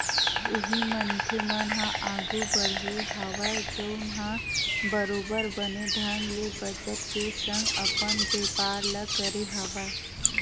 उही मनखे मन ह आघु बड़हे हवय जउन ह बरोबर बने ढंग ले बचत के संग अपन बेपार ल करे हवय